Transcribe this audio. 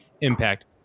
impact